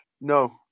no